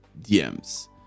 DMs